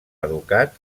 educat